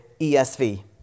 ESV